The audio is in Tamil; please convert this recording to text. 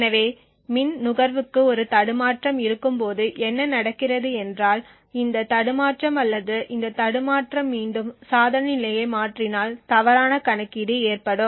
எனவே மின் நுகர்வுக்கு ஒரு தடுமாற்றம் இருக்கும்போது என்ன நடக்கிறது என்றால் இந்த தடுமாற்றம் அல்லது இந்த தடுமாற்றம் மீண்டும் சாதன நிலையை மாற்றினால் தவறான கணக்கீடு ஏற்படும்